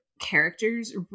characters